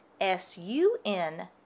S-U-N